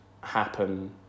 happen